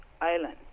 island